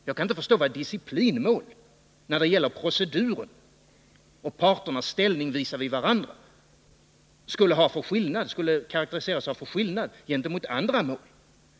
Jag kan inte förstå vilken skillnad disciplinmål skulle karakteriseras av gentemot andra mål när det gäller proceduren och parternas ställning visavi varandra.